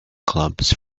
clubs